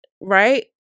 right